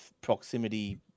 proximity